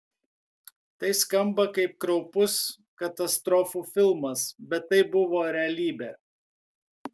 tai skamba kaip kraupus katastrofų filmas bet tai buvo realybė